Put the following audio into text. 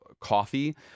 coffee